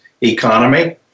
economy